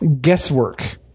guesswork